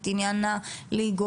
את עניין הליגות,